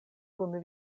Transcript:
kun